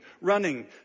running